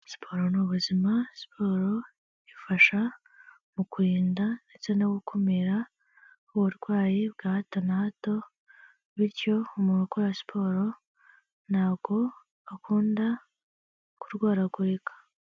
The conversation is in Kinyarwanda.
Siporo ni ubuzima, siporo ifasha mu kurinda ndetse no gukumira uburwayi bwa hato na hato, bityo umuntu ukora siporo ntago akunda kurwaragurika.